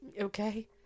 okay